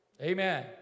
Amen